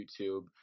YouTube